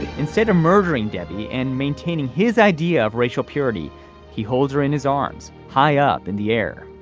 instead of murdering debbie and maintaining his idea of racial purity he holds her in his arms high up in the air.